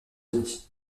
denis